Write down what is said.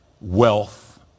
wealth